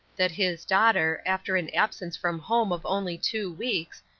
that his daughter, after an absence from home of only two weeks,